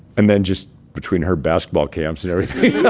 and then just between her basketball camps and everything,